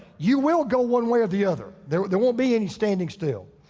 you will go one way or the other. there there won't be any standing still.